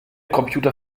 computer